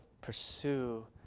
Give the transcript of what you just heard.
pursue